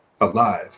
alive